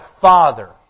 Father